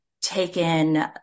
taken